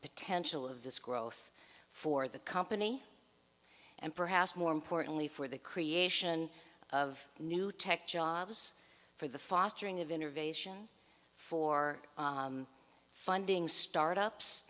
potential of this growth for the company and perhaps more importantly for the creation of new tech jobs for the fostering of innovation for funding startups